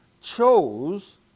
chose